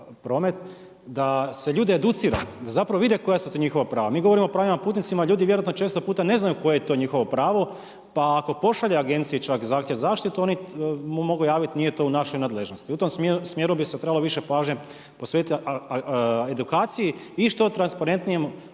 da se ljude educira da zapravo vide koja su to njihova prava. Mi govorimo o pravima putnika, a ljudi vjerojatno često puta ne znaju koje je to njihovo pravo pa ako pošalje agenciji čak zahtjev za zaštitu oni mogu javiti nije to u našoj nadležnosti. I u tom smjeru bi se trebalo više pažnje posvetiti edukaciji i što transparentnijem